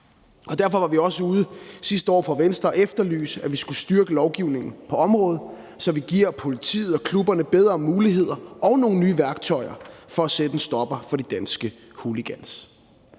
Derfor var vi i Venstre sidste år også ude at efterlyse, at vi skulle styrke lovgivningen på området, så vi giver politiet og klubberne bedre muligheder for og nogle nye værktøjer til at sætte en stopper for de danske hooligans.